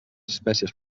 espècies